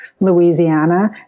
Louisiana